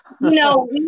No